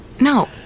No